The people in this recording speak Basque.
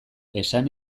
esan